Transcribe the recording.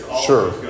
sure